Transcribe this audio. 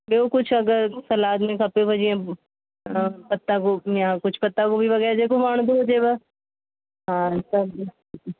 ॿियो कुझु अगरि सलाद में खपेव जीअं हा पत्तागोबी या कुझु पत्तागोबी वगै़रह जेको वणदो हुजेव हा सभु